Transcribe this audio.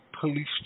Police